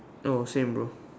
oh same bro